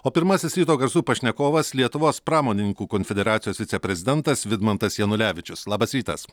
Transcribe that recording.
o pirmasis ryto garsų pašnekovas lietuvos pramonininkų konfederacijos viceprezidentas vidmantas janulevičius labas rytas